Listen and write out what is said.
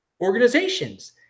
organizations